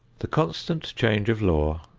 the constant change of law,